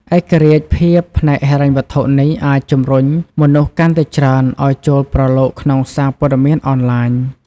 ឯករាជ្យភាពផ្នែកហិរញ្ញវត្ថុនេះអាចជំរុញមនុស្សកាន់តែច្រើនឱ្យចូលប្រឡូកក្នុងសារព័ត៌មានអនឡាញ។